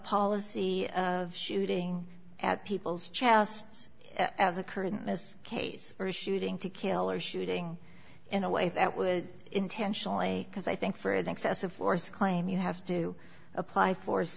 policy of shooting at people's chests as occurred in this case or a shooting to kill or shooting in a way that was intentionally because i think for the excessive force claim you have to apply force